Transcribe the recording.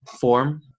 form